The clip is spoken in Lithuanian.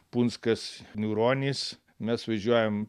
punskas niūronys mes važiuojam